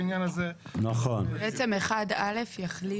בעצם 1א יחליף.